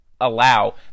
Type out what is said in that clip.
allow